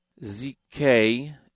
ZK